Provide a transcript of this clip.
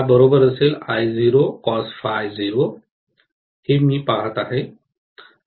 तर मी पहात आहे